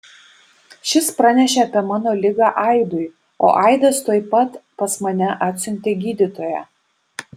šis pranešė apie mano ligą aidui o aidas tuoj pat pas mane atsiuntė gydytoją